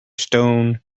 stone